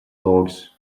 logs